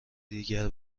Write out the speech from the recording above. دیگر